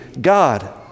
God